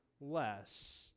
less